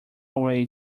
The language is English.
way